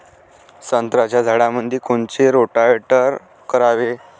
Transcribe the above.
संत्र्याच्या झाडामंदी कोनचे रोटावेटर करावे?